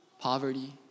poverty